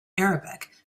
arabic